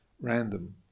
random